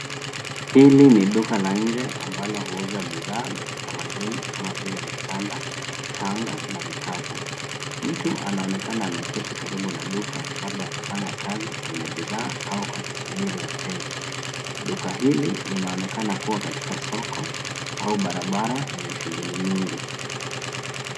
Hili ni duka la nje, ambalo huuza bidhaa, za kitamaduni kama vile mikanda, shanga, na vikapu. Mtu anaonekana akiwa ameketi karibu na duka, labda akifanya kazi kwenye bidhaa, au akisubiri wateja. Duka hili, linaonekana kuwa katika soko, au barabara, yenye shughuli nyingi.